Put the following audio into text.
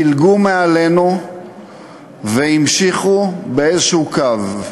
דילגו מעלינו והמשיכו באיזשהו קו.